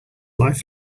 life